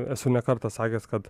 esu ne kartą sakęs kad